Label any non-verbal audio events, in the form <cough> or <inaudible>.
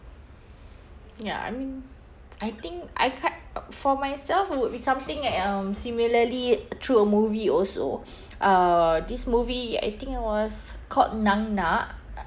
ya I mean I think I had <noise> for myself it would be something like um similarly through a movie also uh this movie I think it was called nang nak <noise>